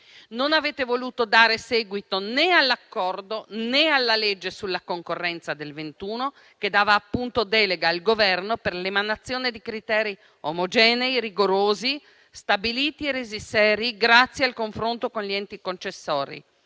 Non avete voluto dare seguito né all'accordo, né alla legge sulla concorrenza del 2021, che conferiva appunto una delega al Governo per l'emanazione di criteri omogenei, rigorosi, stabiliti e resi seri grazie al confronto con gli enti concessori,